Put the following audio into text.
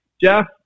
Jeff